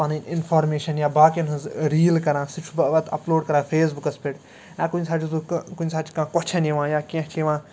پَنٕنۍ اِنفارمیشَن یا باقیَن ہٕنٛز ریٖل کران سُہ چھُس بہٕ پتہٕ اَپلوڈ کران فیس بُکَس پٮ۪ٹھ یا کُنہِ ساتہٕ چھُس بہٕ کُنہِ ساتہٕ چھِ کانٛہہ کۄچھَن یِوان یا کیٚںٛہہ چھِ یِوان